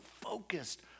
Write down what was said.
focused